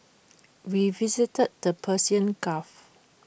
we visited the Persian gulf